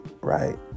Right